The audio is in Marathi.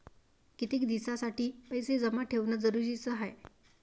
कितीक दिसासाठी पैसे जमा ठेवणं जरुरीच हाय?